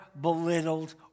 belittled